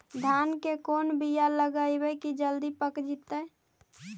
धान के कोन बियाह लगइबै की जल्दी पक जितै?